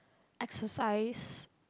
exercise